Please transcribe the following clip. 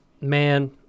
Man